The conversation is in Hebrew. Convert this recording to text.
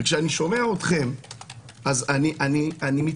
וכשאני שומע אתכם אני מתפלא.